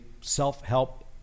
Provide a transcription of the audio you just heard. self-help